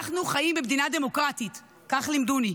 אנחנו חיים במדינה דמוקרטית, כך לימדוני.